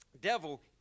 devil